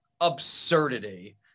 absurdity